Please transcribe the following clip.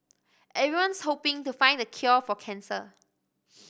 everyone's hoping to find the cure for cancer